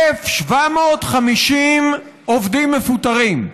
1,750 עובדים מפוטרים.